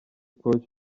koch